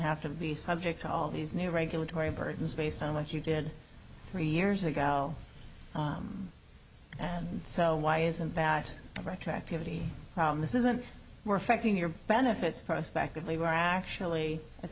have to be subject to all these new regulatory burdens based on what you did three years ago and so why isn't that retroactivity this isn't more affecting your benefits prospectively were actually